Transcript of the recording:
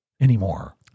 anymore